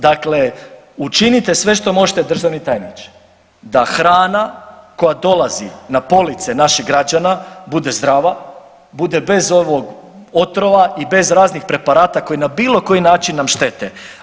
Dakle, učinite sve što možete državni tajniče da hrana koja dolazi na police naših građana bude zdrava, bude bez ovog otrova i bez razno ranih preparata koji na bilo koji način nam štete.